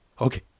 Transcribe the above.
Okay